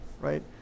right